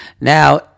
Now